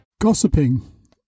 Gossiping